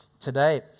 today